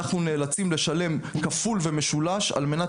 אנחנו נאלצים לשלם כפול ומשולש על מנת